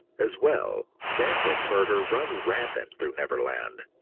as well, death and murder run rampant through neverland,